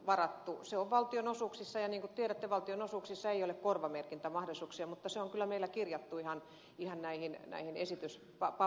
se on valtionosuuksissa ja niin kuin tiedätte valtionosuuksissa ei ole korvamerkintämahdollisuuksia mutta se on kyllä meillä kirjattu ihan näihin esityspapereihin